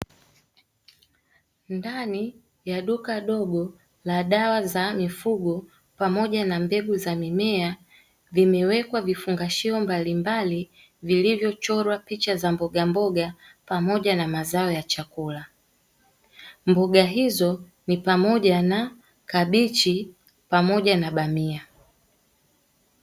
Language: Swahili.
Ndani ya duka dogo la dawa za mifugo pamoja na mbegu za mimea, vimewekwa vifungashio mbalimbali vilivochorwa picha za mbogamboga pamoja na mazao ya chakula. Mboga hizo ni pamoja na kabichi pamoja na bamia.